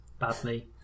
Badly